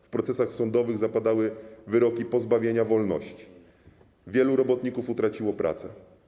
W procesach sądowych zapadały wyroki pozbawienia wolności, wielu robotników utraciło pracę.